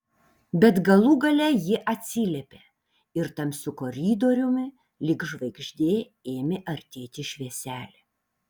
bet galų gale ji atsiliepė ir tamsiu koridoriumi lyg žvaigždė ėmė artėti švieselė